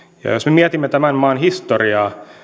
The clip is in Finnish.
mietimme tämän maan historiaa